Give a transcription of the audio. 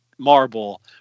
Marble